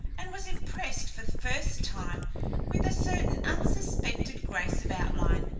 and was impressed for the first time with a certain unsuspected grace of outline,